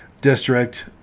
District